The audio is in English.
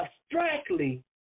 abstractly